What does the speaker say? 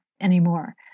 anymore